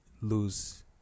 lose